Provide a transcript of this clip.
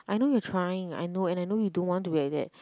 I know you're trying I know and I know you don't want to be like that